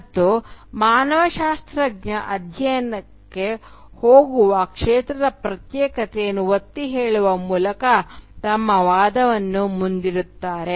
ಮತ್ತು ಮಾನವಶಾಸ್ತ್ರಜ್ಞ ಅಧ್ಯಯನಕ್ಕೆ ಹೋಗುವ ಕ್ಷೇತ್ರದ ಪ್ರತ್ಯೇಕತೆಯನ್ನು ಒತ್ತಿಹೇಳುವ ಮೂಲಕ ತಮ್ಮ ವಾದವನ್ನು ಮುಂದಿಡುತ್ತಾರೆ